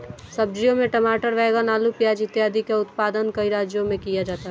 सब्जियों में टमाटर, बैंगन, आलू, प्याज इत्यादि का उत्पादन कई राज्यों में किया जाता है